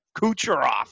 Kucherov